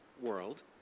world